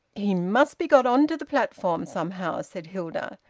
he must be got on to the platform, somehow, said hilda,